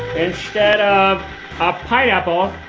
instead of a pineapple,